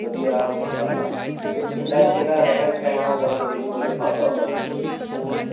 ਵਧੀਆ ਹੈ ਨਾ ਅਤੇ ਪਿੰਡਾਂ 'ਚ ਜਿਹੜਾ ਰਹਿਣ ਸਹਿਣ ਉਹ ਬੜਾ ਸਿੰਪਲ ਅਤੇ ਸਾਦਾ ਹੁੰਦਾ ਹੈ ਨਾ